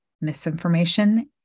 misinformation